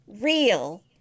real